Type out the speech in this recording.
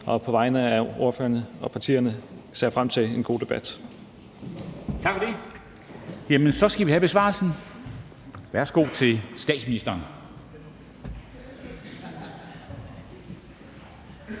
Og på vegne af ordførerne og partierne ser jeg frem til en god debat.